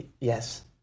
Yes